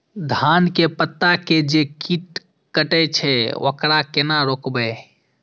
धान के पत्ता के जे कीट कटे छे वकरा केना रोकबे?